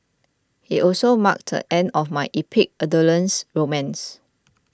it also marked the end of my epic adolescent romance